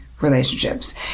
relationships